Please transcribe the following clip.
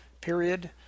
period